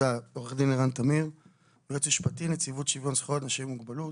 אני יועץ משפטי מנציבות שוויון זכויות לאנשים עם מוגבלות.